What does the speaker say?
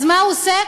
אז מה הוא עושה?